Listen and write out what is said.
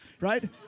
Right